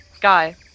guy